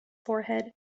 forehead